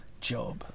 Job